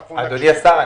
אדוני השר,